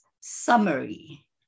summary